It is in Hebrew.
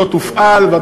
למען הגילוי הנאות,